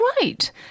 right